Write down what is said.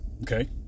Okay